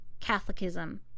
Catholicism